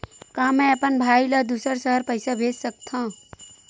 का मैं अपन भाई ल दुसर शहर पईसा भेज सकथव?